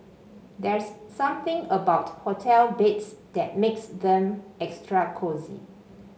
there's something about hotel beds that makes them extra cosy